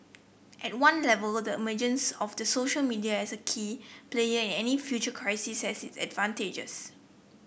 at one level the emergence of the social media as a key player in any future crisis has its advantages